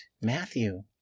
Matthew